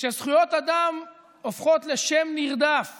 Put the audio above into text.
כשזכויות אדם הופכות לשם נרדף